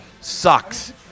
sucks